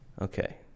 okay